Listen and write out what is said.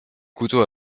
couteaux